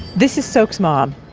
this is sok's mom,